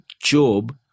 Job